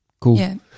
Cool